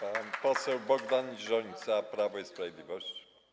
Pan poseł Bogdan Rzońca, Prawo i Sprawiedliwość.